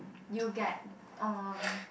you get um